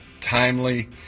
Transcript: timely